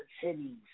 cities